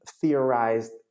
theorized